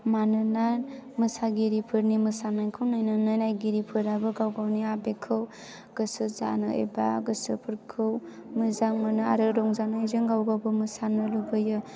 मानोना मोसागिरिफोरनि मोसानायखौ नायनानै नायगिरिफोराबो गाव गावनि आबेगखौ गोसो जानाय एबा गोसोफोरखौ मोजां मोनो आरो रंजानायजों गाव गावबो मोसानो लुबैयो